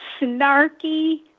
snarky